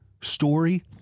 story